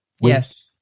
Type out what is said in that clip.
Yes